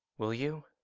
will you?